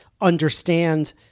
understand